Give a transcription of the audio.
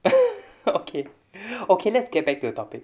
okay okay let's get back to the topic